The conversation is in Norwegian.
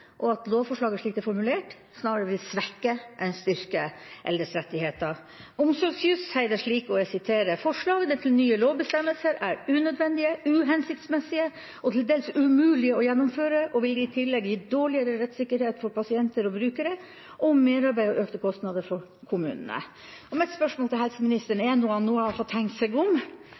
og at lovforslaget, slik det er formulert, snarere vil svekke enn styrke eldres rettigheter. Omsorgsjuss sier det slik: «Forslagene til nye lovbestemmelser er unødvendige, uhensiktsmessige og til dels umulige å gjennomføre, og vil i tillegg gi dårligere rettssikkerhet for pasienter og brukere og merarbeid og økte kostnader for kommunene.» Mitt spørsmål til helseministeren er, når han nå har fått tenkt seg om,